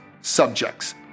subjects